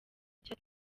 icyo